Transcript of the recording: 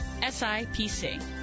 SIPC